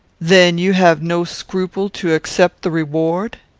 then you have no scruple to accept the reward?